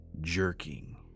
Jerking